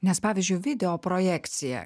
nes pavyzdžiui videoprojekcija